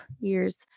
years